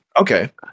okay